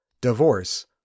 divorce